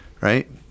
right